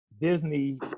Disney